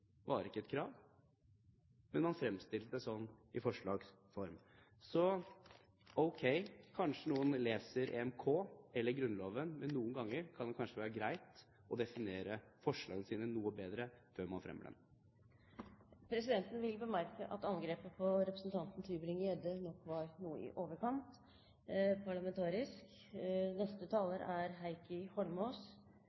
var ikke et krav, men man fremstilte det slik i forslags form. Ok, kanskje noen leser EMK eller Grunnloven, men noen ganger kan det kanskje være greit å definere forslagene sine noe bedre før man fremmer dem. Presidenten vil bemerke at angrepet på representanten Tybring-Gjedde nok var noe i overkant – parlamentarisk